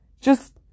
Just